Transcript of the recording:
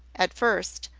at first,